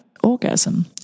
orgasm